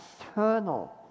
external